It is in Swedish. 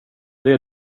det